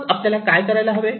तर मग आपण काय करायला हवे